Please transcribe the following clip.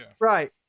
Right